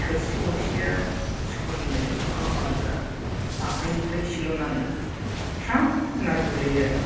थोरसि गंसेआ स्कुल निनो दैखराव माब्रैबा आखायनिफ्राय सिलुननानै थ्रां होननानै गोग्लैबाय आरो